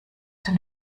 den